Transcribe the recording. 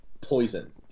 poison